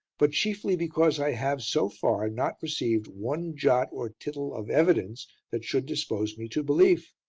but chiefly because i have, so far, not received one jot or tittle of evidence that should dispose me to belief.